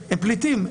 הם פליטים.